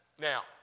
Now